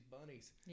bunnies